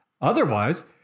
Otherwise